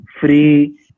free